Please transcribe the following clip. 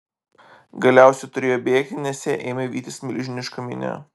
galiausiai turėjo bėgti nes ją ėmė vytis milžiniška minia